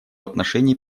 отношении